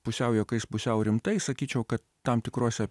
pusiau juokais pusiau rimtai sakyčiau kad tam tikruose